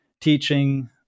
teaching